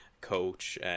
coach